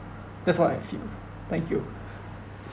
that's what I feel thank you